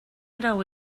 grau